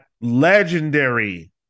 legendary